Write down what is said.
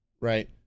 right